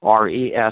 RES